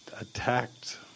attacked